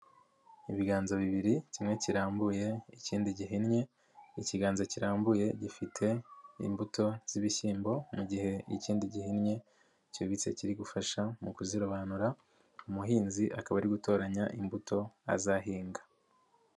Ibiganza bibiri kimwe kirambuye ikindi gihinnye, ikiganza kirambuye gifite imbuto z'ibishyimbo, mu gihe ikindi gihinnye, cyubitse kiri gufasha mu kuzirobanura, umuhinzi akaba ari gutoranya imbuto azahinga.